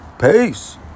Peace